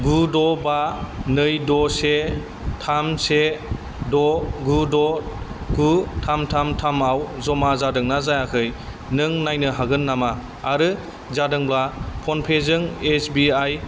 गु द बा नै द से थाम से द गु द गु थाम थाम थाम आव जमा जादोंना जायाखै नों नायनो हागोन नामा आरो जादोंब्ला फ'नपेजों एस बि आइ